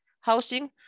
housing